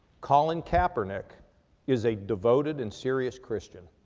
colin kaepernick is a devoted and serious christian.